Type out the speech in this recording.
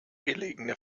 gelegene